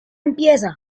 empieza